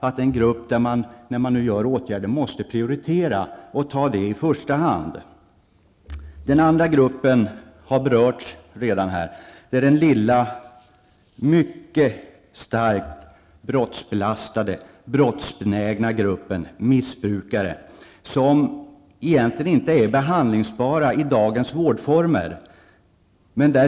Det är en grupp som måste prioriteras, när man nu vidtar åtgärder. Den andra gruppen har redan berörts här. Det är den lilla, mycket starkt brottsbelastade och brottsbenägna gruppen missbrukare, som egentligen inte är behandlingsbara i dagens vårdformer.